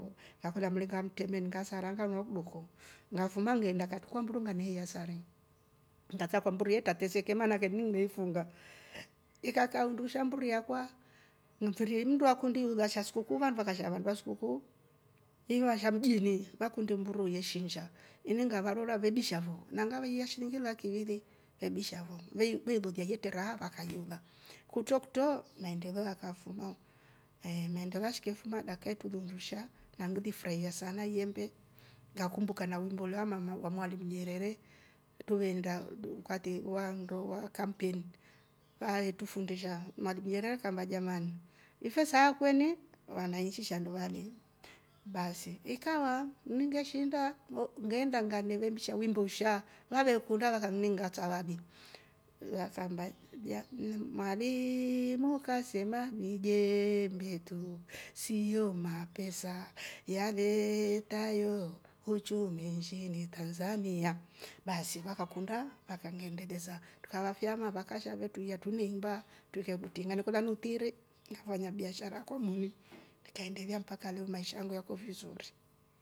Nakula mle kamtemeni ngasa ravuwa luwa kdoko gafuma ngenda katukua mburu mmameheiasane. mtatafwa mburu ye tatezeke umanake ni uliefunga ikakaundusha mburu yakwa mfirie ndua kundi hulwasha skusku van vakasha vandu waskuku inua sha mjiriie wakundi mburu ye shinja inyonga varola vegisha voo nangava ieishi niungila la kiwile ebishavo wei- weilolia yete raha vakaiola kutokto naendela kafumo ehh naende washke fumo na kaitalu ndusha na nguti furaha sana iyende ngakumbuka na umbo lwa mama wa mwalimu nyerere tuenda duu- dukwate wa mndo wa kampeni. waetufundisha madudu yere kwamba jamani ifese sa kweni wanainchi shandu vale basi ikawa mnge mshinda mvo ngeenda ngalme vemsha wimbo sha mebuhukunda kakanninga atawabi wa sambai gia mmh "mwaliiimu kasema nijeeeembe tu sio mapesa yaletayo uchumi nchini tanzania" basi akakundwa akamiende besa tukawafiama vakasha vetuia tumeimba tukie muti na nekula nutile nava fanya biashara kumnuni akendelea mpaka leo maisha yangu yako vizuri